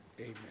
Amen